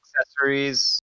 Accessories